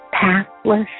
pathless